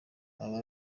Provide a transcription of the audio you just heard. aba